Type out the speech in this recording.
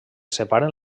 separen